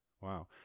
Wow